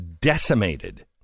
decimated